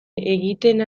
egiten